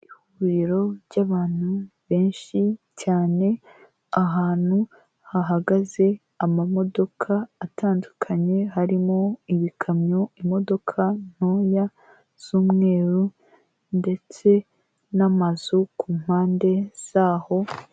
ihuriro ry'abantu benshi cyane ahantu hahagaze amamodoka atandukanye harimo ibikamyo imodoka ntoya z'umweru ndetse n'amazu ku mpande zaho